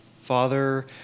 father